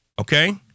okay